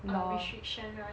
or restriction right